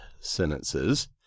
sentences